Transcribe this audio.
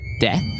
death